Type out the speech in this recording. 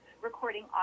recording